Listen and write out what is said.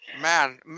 man